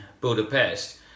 Budapest